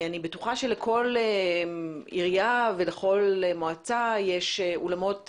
אני בטוחה שלכל עירייה ולכל מועצה יש אולמות,